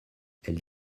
elle